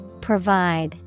Provide